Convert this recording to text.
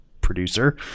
producer